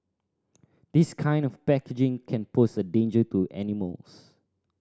this kind of packaging can pose a danger to animals